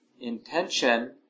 intention